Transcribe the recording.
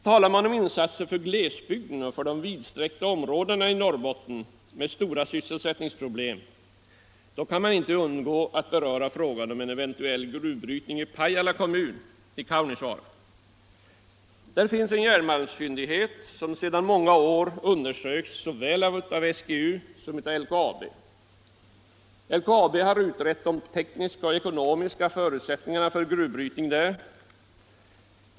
Talar man om insatser för glesbygden och de vidsträcka områdena i Norrbotten med stora sysselsättningsproblem kan man inte undgå att beröra frågan om eventuell gruvbrytning i Pajala kommun i Kaunisvaara. Där finns en järnmalmsfyndighet som sedan många år undersökts av såväl SGU som LKAB. LKAB har utrett de tekniska och ekonomiska förutsättningarna för gruvbrytning där.